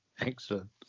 Excellent